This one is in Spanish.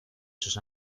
esos